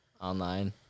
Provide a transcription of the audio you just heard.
online